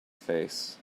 face